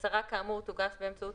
אז מערכת